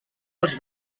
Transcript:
els